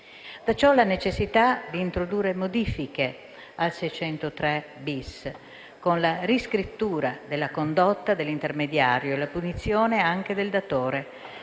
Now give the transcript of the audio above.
scaturita la necessità di introdurre modifiche all'articolo 603-*bis*, con la riscrittura della condotta dell'intermediario e la punizione anche del datore